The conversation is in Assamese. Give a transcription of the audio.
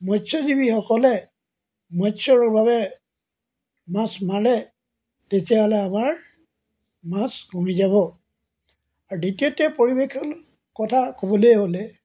মৎস্যজীৱিসকলে মৎস্যৰ বাবে মাছ মাৰে তেতিয়াহ'লে আমাৰ মাছ কমি যাব আৰু দ্বিতীয়তে পৰিৱেশৰ কথা ক'বলৈ হ'লে